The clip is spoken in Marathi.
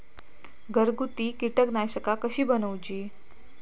घरगुती कीटकनाशका कशी बनवूची?